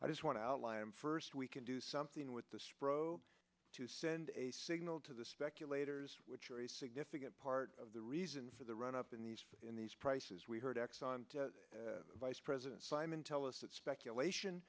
i just want to outline first we can do something with the to send a signal to the speculators which are a significant part of the reason for the run up in these in these prices we heard exxon vice president simon tell us that speculation